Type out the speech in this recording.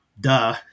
duh